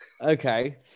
Okay